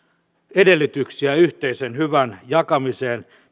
edellytyksiä yhteisen hyvän jakamiseen